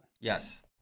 Yes